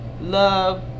love